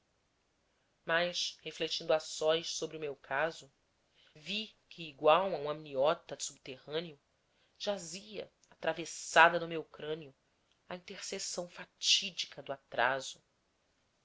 mas refletindo a sós sobre o meu caso vi que igual a um amniota subterrâneo jazia atravassada no meu crânio a intercessão fatídica do atraso